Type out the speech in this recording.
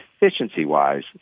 efficiency-wise